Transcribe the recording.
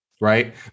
Right